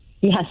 Yes